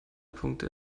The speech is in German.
punkte